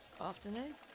afternoon